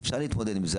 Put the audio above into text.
אפשר להתמודד עם זה.